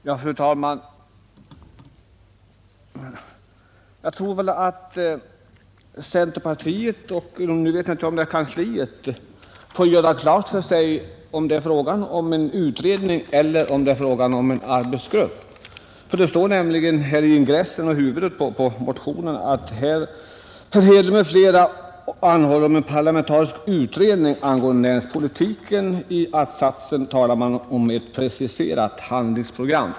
Fru talman! Jag tror att centerpartiet eller möjligen dess kansli får göra klart för sig om det här gäller en utredning eller en arbetsgrupp. I ingressen till motionen står att herr Hedlund m.fl. anhåller om en parlamentarisk utredning angående näringspolitiken. I att-satsen talas om ett preciserat handlingsprogram.